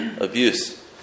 abuse